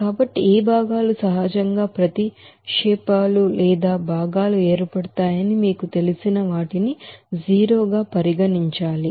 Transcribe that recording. కాబట్టి ఏ భాగాలు సహజంగా సబ్స్టిట్యూయెంట్స్ లేదా కాన్స్టిట్యూయెంట్స్ ఏర్పడతాయని మీకు తెలిసిన వాటిని 0 గా పరిగణించాలి